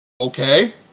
okay